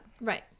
Right